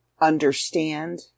understand